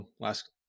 last